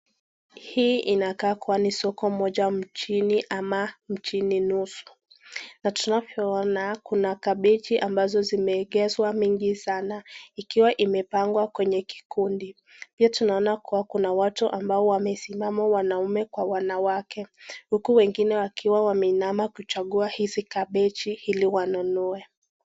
Hii inakaa kua ni soko moja mjini ama mjini nusu, na tunavyo ona kuna kabeji ambazo zimeegezwa mingi sana ikiwa imepangwa kwenye kikundi. Pia tunaona kua kuna watu ambao wamesimama wanaume kwa wanawake, huku wengine wakiwa wameinama kuchagua hizi kabeji ili wanunue.